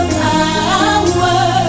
power